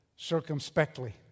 circumspectly